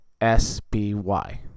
SBY